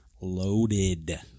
loaded